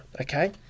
okay